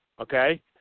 okay